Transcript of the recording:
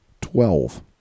Twelve